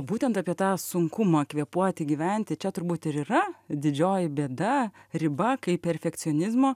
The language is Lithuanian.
būtent apie tą sunkumą kvėpuoti gyventi čia turbūt ir yra didžioji bėda riba kai perfekcionizmo